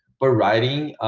but writing,